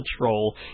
control